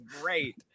great